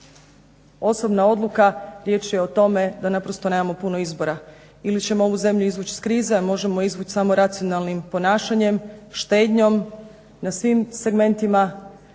osobna odluka. Riječ je o tome da naprosto nemamo puno izbora. Ili ćemo ovu zemlju izvući iz krize, a možemo je izvući samo racionalnim ponašanjem, štednjom na svim segmentima.